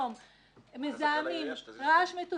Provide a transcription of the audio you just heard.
סכנות של זיהום אוויר,